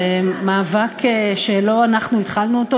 זה מאבק שלא אנחנו התחלנו אותו,